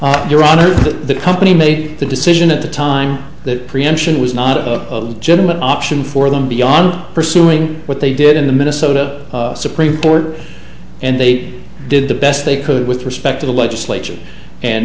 on your honor that the company made the decision at the time that prevention was not a gentleman option for them beyond pursuing what they did in the minnesota supreme court and they did the best they could with respect to the legislature and